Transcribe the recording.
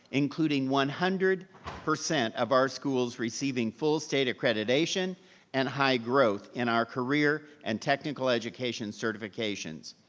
including one hundred percent of our schools receiving full state accreditation and high growth in our career and technical education certifications.